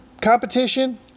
competition